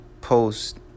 post